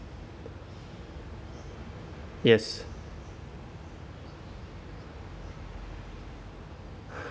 yes